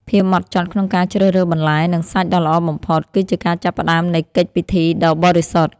ភាពហ្មត់ចត់ក្នុងការជ្រើសរើសបន្លែ និងសាច់ដ៏ល្អបំផុត គឺជាការចាប់ផ្តើមនៃកិច្ចពិធីដ៏បរិសុទ្ធ។